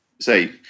say